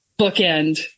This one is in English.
bookend